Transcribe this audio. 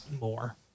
more